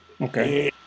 Okay